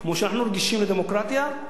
כמו שאנחנו רגישים לדמוקרטיה,